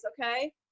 okay